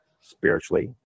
spiritually